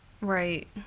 Right